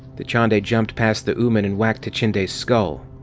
dachande jumped past the ooman and whacked tichinde's skull.